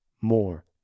more